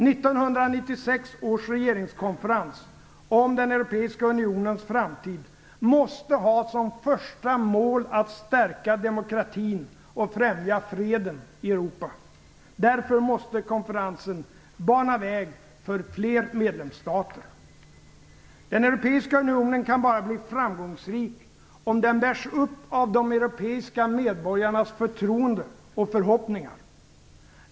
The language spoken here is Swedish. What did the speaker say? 1996 års regeringskonferens om Europeiska unionens framtid måste ha som första mål att stärka demokratin och främja freden i Europa. Därför måste konferensen bana väg för fler medlemsstater. Den europeiska unionen kan bara bli framgångsrik om den bärs upp av de europeiska medborgarnas förtroende och förhoppningar.